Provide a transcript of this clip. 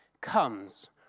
comes